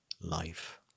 life